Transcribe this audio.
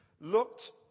looked